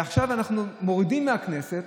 ועכשיו אנחנו מורידים מהכנסת.